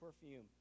perfume